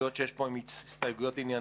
ההסתייגויות שיש פה הן הסתייגויות ענייניות,